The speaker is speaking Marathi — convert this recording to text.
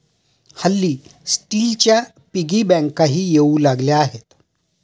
हल्ली स्टीलच्या पिगी बँकाही येऊ लागल्या आहेत